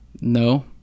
no